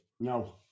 No